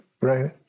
Right